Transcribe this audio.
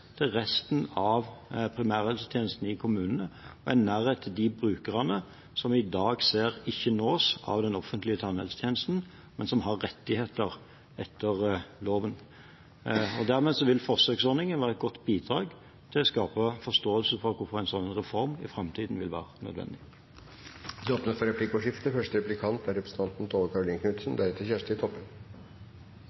til resten av primærhelsetjenesten i kommunene og en nærhet til de brukerne som vi i dag ser ikke nås av den offentlige tannhelsetjenesten, men som har rettigheter etter loven. Dermed vil forsøksordningen være et godt bidrag til å skape forståelse for hvorfor en slik reform i framtiden vil være nødvendig. Det blir replikkordskifte. Regjeringen har altså bestemt seg for